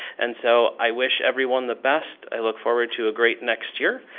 and so i wish everyone the best, i look forward to a great next year,